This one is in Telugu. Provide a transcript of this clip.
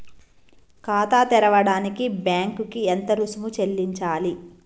ఖాతా తెరవడానికి బ్యాంక్ కి ఎంత రుసుము చెల్లించాలి?